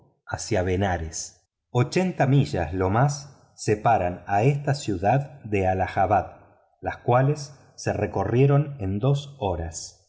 hacia benarés ochenta millas lo más separaban a esta ciudad de allababad las cuales se recorrieron en dos horas